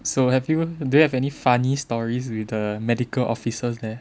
so have you do you have any funny stories with the medical officers there